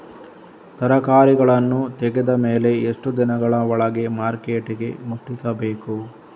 ತರಕಾರಿಗಳನ್ನು ತೆಗೆದ ಮೇಲೆ ಎಷ್ಟು ದಿನಗಳ ಒಳಗೆ ಮಾರ್ಕೆಟಿಗೆ ಮುಟ್ಟಿಸಬೇಕು?